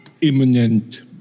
imminent